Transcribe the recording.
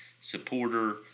supporter